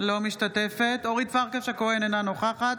אינה משתתפת בהצבעה אורית פרקש הכהן, אינה נוכחת